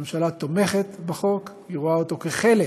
הממשלה תומכת בחוק, היא רואה אותו כחלק